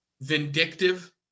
vindictive